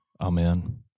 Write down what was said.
Amen